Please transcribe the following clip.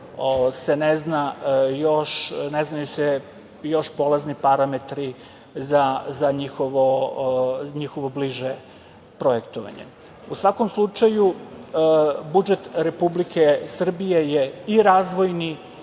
zato što se ne znaju još polazni parametri za njihovo bliže projektovanje.U svakom slučaju, budžet Republike Srbije je i razvojni